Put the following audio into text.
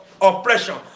oppression